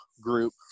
group